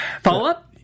Follow-up